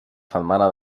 setmana